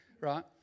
Right